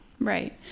Right